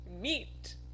meet